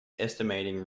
estimating